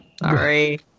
Sorry